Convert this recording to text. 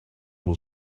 will